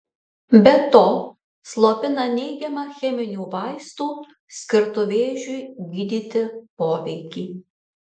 be to slopina neigiamą cheminių vaistų skirtų vėžiui gydyti poveikį